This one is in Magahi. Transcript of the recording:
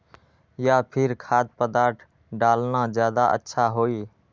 या फिर खाद्य पदार्थ डालना ज्यादा अच्छा होई?